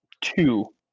Two